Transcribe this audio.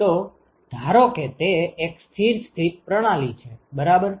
તો ધારો કે તે એક સ્થિર સ્થિત પ્રણાલી છે બરાબર